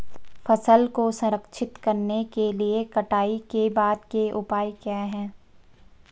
फसल को संरक्षित करने के लिए कटाई के बाद के उपाय क्या हैं?